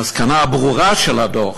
המסקנה הברורה של הדוח,